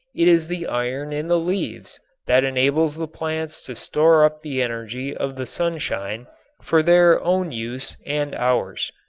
it is the iron in the leaves that enables the plants to store up the energy of the sunshine for their own use and ours.